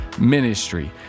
Ministry